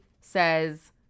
says